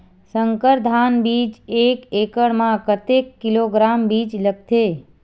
संकर धान बीज एक एकड़ म कतेक किलोग्राम बीज लगथे?